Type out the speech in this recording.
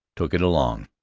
took it along.